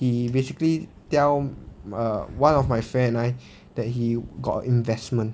he basically tell err one of my friend and I that he got investment